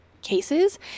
cases